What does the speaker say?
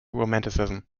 romanticism